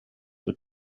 but